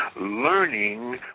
learning